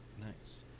Nice